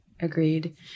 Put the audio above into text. Agreed